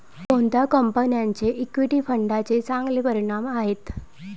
कोणत्या कंपन्यांचे इक्विटी फंडांचे चांगले परिणाम आहेत?